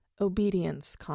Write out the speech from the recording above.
Obedience